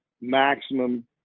maximum